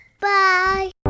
Bye